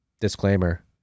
disclaimer